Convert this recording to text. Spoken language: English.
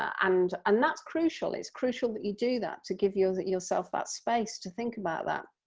and and that's crucial, it's crucial that you do that to give you that yourself that space to think about that.